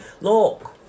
Look